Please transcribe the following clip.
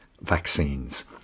vaccines